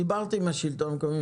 דיברתי עם השלטון המקומי.